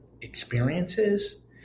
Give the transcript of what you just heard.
experiences